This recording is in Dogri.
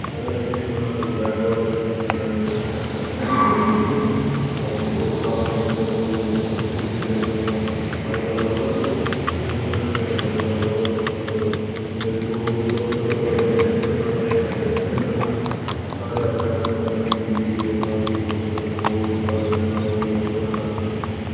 पैहले किट्टे होना कोई बैट बाल खेलने गी जाना उठी जां किश होर कम्म करना लगी पौना किट्ठे होइयै खेलना अज्ज कल लभदा गै कोई निं किट्ठे होइयै कोहदे कन्नै इक्कला मतलब अगर दो दूआ बंदा लब्भै ते में निं में लब्भना ते में ते उन्नै निं लब्भना सारे अपने अपने कम्मै च बिजी होई दे ना कोई कुसै कन्नै बोल चाल ऐ ना कोई लभदा ना किश